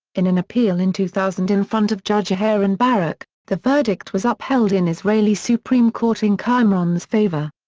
in an appeal in two thousand in front of judge aharon barak, the verdict was upheld in israeli supreme court in qimron's favor.